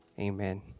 amen